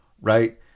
right